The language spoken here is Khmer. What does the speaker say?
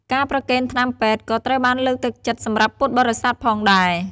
ការប្រគេនថ្នាំពេទ្យក៏ត្រូវបានលើកទឹកចិត្តសម្រាប់ពុទ្ធបរិសាទផងដែរ។